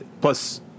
plus